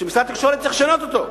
שמשרד התקשורת צריך לשנות אותו.